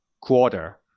quarter